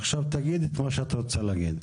עכשיו תגידי את מה שאת רוצה להגיד.